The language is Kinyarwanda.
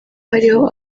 hariho